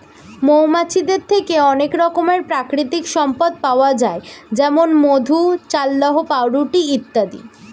মৌমাছিদের থেকে অনেক রকমের প্রাকৃতিক সম্পদ পাওয়া যায় যেমন মধু, চাল্লাহ্ পাউরুটি ইত্যাদি